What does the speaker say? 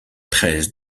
treize